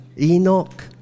Enoch